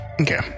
Okay